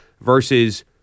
versus